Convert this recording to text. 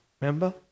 Remember